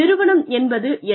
நிறுவனம் என்பது என்ன